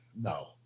no